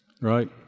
right